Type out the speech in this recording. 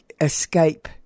escape